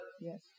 Yes